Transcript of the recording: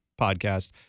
podcast